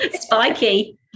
Spiky